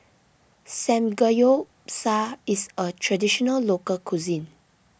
Samgeyopsal is a Traditional Local Cuisine